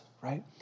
right